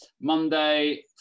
Monday